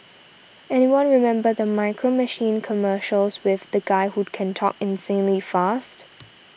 anyone remember the Micro Machines commercials with the guy who can talk insanely fast